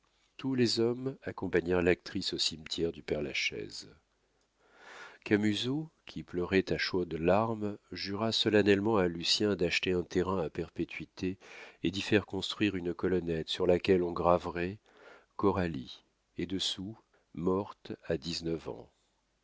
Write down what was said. tous les hommes accompagnèrent l'actrice au cimetière du père-lachaise camusot qui pleurait à chaudes larmes jura solennellement à lucien d'acheter un terrain à perpétuité et d'y faire construire une colonnette sur laquelle on graverait coralie et dessous morte à dix-neuf ans